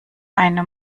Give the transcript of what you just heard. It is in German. eine